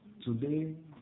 Today